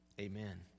amen